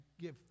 give